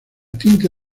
tinta